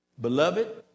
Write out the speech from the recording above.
beloved